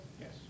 Yes